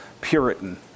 Puritan